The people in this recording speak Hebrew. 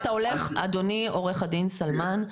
אדוני עו"ד סלמן,